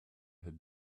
had